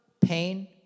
pain